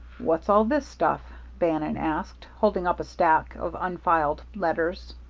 what's all this stuff? bannon asked, holding up a stack of unfiled letters.